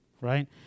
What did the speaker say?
right